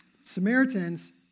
Samaritans